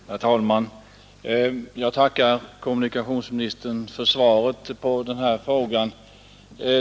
Herr talman! Jag tackar kommunikationsministern för svaret på min fråga.